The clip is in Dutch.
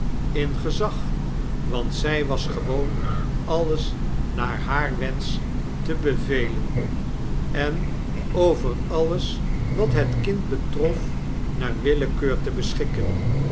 in gezag want zy was geyoon alles naar haar wensch te bevelen en over alles wat het kind betrof naar willekeur te beschikken